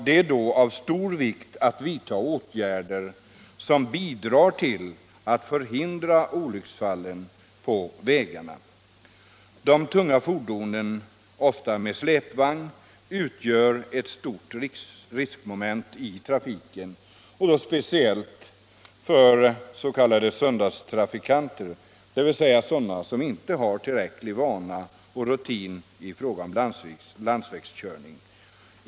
Det är då av stor vikt att vidta åtgärder som bidrar till att förhindra olycksfall på vägarna. De tunga fordonen — ofta med släpvagn — utgör ett stort riskmoment i trafiken, speciellt för s.k. söndagstrafikanter, dvs. sådana som inte har tillräcklig vana och rutin i fråga om landsvägskörning.